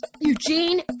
Eugene